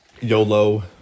YOLO